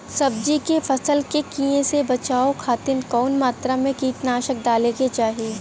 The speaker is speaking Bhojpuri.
सब्जी के फसल के कियेसे बचाव खातिन कवन मात्रा में कीटनाशक डाले के चाही?